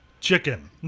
chicken